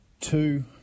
two